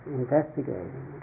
investigating